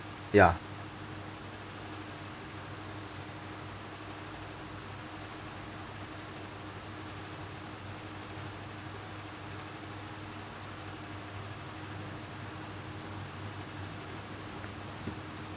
ya